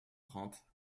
trente